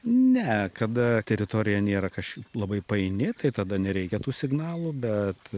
ne kada teritorija nėra kažkaip labai paini tai tada nereikia tų signalų bet